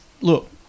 Look